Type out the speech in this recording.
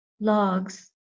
logs